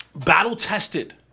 Battle-tested